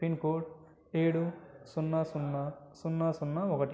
pin code ఏడు సున్నా సున్నా సున్నా సున్నా ఒకటి